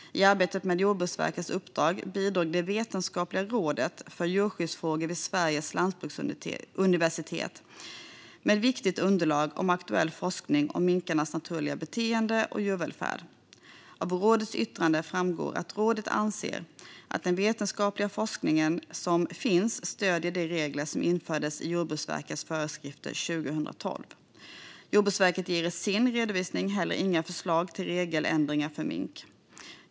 I arbetet med Jordbruksverkets uppdrag bidrog det vetenskapliga rådet för djurskyddsfrågor vid Sveriges lantbruksuniversitet med viktigt underlag om aktuell forskning om minkars naturliga beteende och djurvälfärd. Av rådets yttrande framgår att rådet anser att den vetenskapliga forskning som finns stöder de regler som infördes i Jordbruksverkets föreskrifter 2012. Jordbruksverket ger i sin redovisning inte heller några förslag till regeländringar för mink.